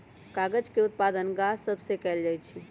कागज के उत्पादन गाछ सभ से कएल जाइ छइ